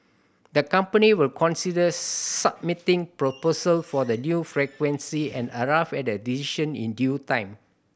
the company will consider submitting proposal for the new frequency and arrive at a decision in due time